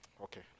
Okay